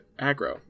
aggro